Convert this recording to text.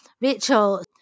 Rachel